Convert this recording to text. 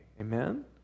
Amen